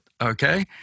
okay